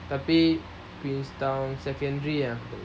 tapi queenstown secondary ya